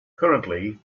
currently